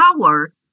power